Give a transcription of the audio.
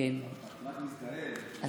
את נחלה בצורה מאוד מאוד,